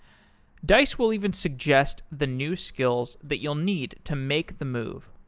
dice will even suggest the new skills that you'll need to make the move.